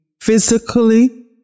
physically